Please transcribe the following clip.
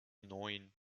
neun